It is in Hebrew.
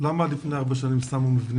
למה לפני ארבע שנים שמו מבנים של חינוך?